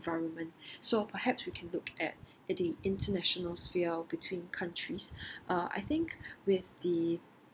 environment so perhaps we can look at the international sphere between countries uh I think with the